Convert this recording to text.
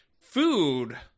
food